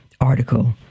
article